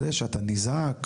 זה שאתה נזעק